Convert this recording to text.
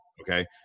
okay